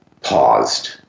paused